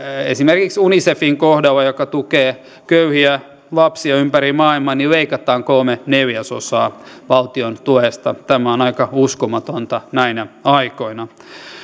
esimerkiksi unicefin kohdalla joka tukee köyhiä lapsia ympäri maailman leikataan kolme neljäsosaa valtiontuesta tämä on aika uskomatonta näinä aikoina